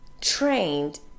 trained